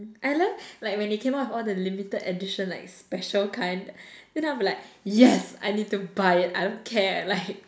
mm I love like when they came out with all the limited edition like special kind then I'll be like yes I need to buy it I don't care like